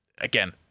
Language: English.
again